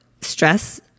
stress